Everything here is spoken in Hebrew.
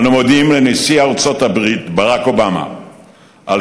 אנו מודים לנשיא ארצות-הברית ברק אובמה על